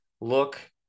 look